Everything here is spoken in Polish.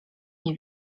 nie